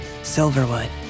Silverwood